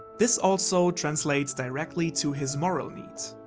this also translates directly to his moral need.